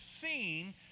seen